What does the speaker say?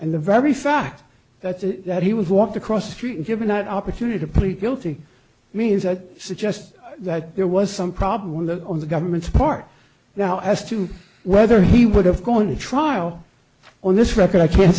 and the very fact that he was walked across the street and given that opportunity to plead guilty means that suggests that there was some problem that on the government's part now as to whether he would have gone to trial on this record i can't